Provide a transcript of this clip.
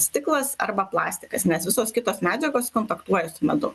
stiklas arba plastikas nes visos kitos medžiagos kontaktuoja su medum